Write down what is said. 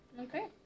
Okay